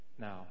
Now